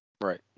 right